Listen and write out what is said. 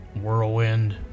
Whirlwind